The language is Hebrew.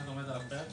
זה בהחלט עומד על הפרק,